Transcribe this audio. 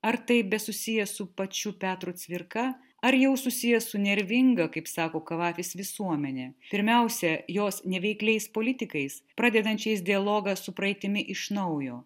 ar tai besusiję su pačiu petru cvirka ar jau susiję su nervinga kaip sako kavafis visuomenė pirmiausia jos neveikliais politikais pradedančiais dialogą su praeitimi iš naujo